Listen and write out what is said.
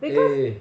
eh